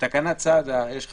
בתקנות סד"א אם יש לך